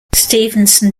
stephenson